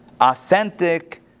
authentic